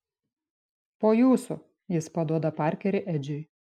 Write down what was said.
po jūsų jis paduoda parkerį edžiui